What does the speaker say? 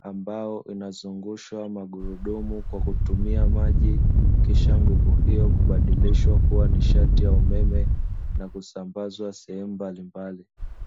ambao unazungushwa magurudumu kwa kutumia maji, kisha nguvu hiyo kubadilishwa kuwa nishati ya umeme na kusambazwa sehemu mbalimbali.